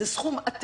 זה סכום עתק.